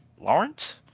Lawrence